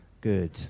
good